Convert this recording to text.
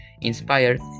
inspired